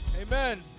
Amen